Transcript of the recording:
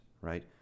right